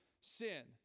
sin